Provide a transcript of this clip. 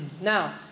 Now